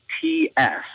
T-S